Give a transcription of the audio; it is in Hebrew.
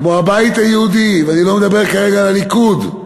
כמו הבית היהודי, ואני לא מדבר כרגע על הליכוד,